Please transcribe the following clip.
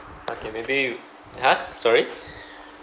okay maybe w~ !huh! sorry